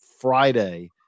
Friday